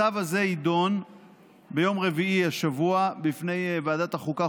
הצו הזה יידון ביום רביעי השבוע בפני ועדת החוקה,